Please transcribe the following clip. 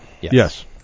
Yes